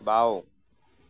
বাওঁ